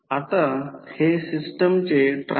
तर कार्यक्षमता output input असेल 31603300 तर 95